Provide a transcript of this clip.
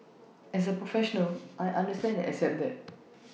as A professional I understand and accept that